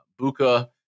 buka